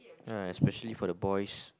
ya especially for the boys